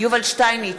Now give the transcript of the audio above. יובל שטייניץ,